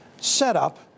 setup